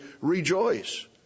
rejoice